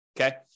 Okay